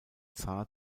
zar